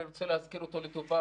אני רוצה להזכיר אותו לטובה,